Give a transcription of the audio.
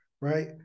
right